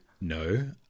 No